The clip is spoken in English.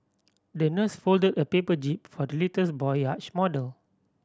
the nurse folded a paper jib for the little boy yacht model